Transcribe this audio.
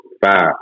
five